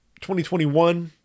2021